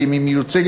ואם היא מיוצגת,